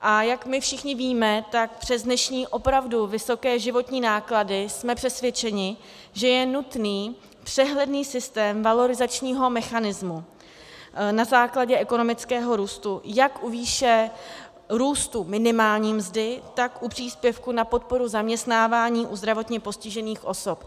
Jak my všichni víme, tak přes dnešní opravdu vysoké životní náklady jsme přesvědčeni, že je nutný přehledný systém valorizačního mechanismu na základě ekonomického růstu jak u výše růstu minimální mzdy, tak u příspěvku na podporu zaměstnávání u zdravotně postižených osob.